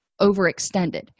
overextended